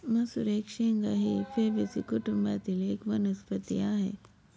मसूर एक शेंगा ही फेबेसी कुटुंबातील एक वनस्पती आहे